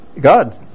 God